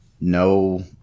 no